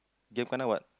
giam kana what